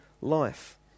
life